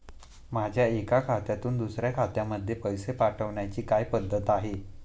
माझ्या एका खात्यातून दुसऱ्या खात्यामध्ये पैसे पाठवण्याची काय पद्धत आहे?